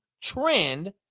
trend